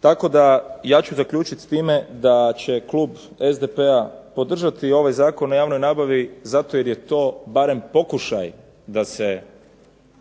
Tako da ja ću zaključiti s time da će klub SDP-a podržati ovaj Zakon o javnoj nabavi zato jer je to barem pokušaj da se